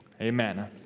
amen